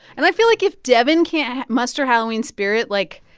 and i feel like if devin can't muster halloween spirit, like,